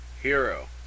hero